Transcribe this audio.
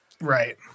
right